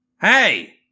Hey